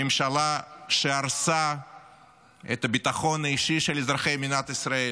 הממשלה שהרסה את הביטחון האישי של אזרחי מדינת ישראל